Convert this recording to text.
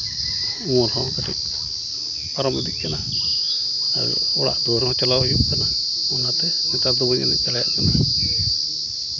ᱱᱚᱣᱟ ᱦᱚᱸ ᱠᱟᱹᱴᱤᱡ ᱯᱟᱨᱚᱢ ᱤᱫᱤᱜ ᱠᱟᱱᱟ ᱟᱨ ᱚᱲᱟᱜ ᱫᱩᱣᱟᱹᱨ ᱦᱚᱸ ᱪᱟᱞᱟᱣ ᱦᱩᱭᱩᱜ ᱠᱟᱱᱟ ᱚᱱᱟᱛᱮ ᱱᱮᱛᱟᱨ ᱫᱚ ᱵᱟᱹᱧ ᱮᱱᱮᱡ ᱫᱟᱲᱮᱭᱟᱜ ᱠᱟᱱᱟ